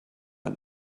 ein